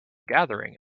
gathering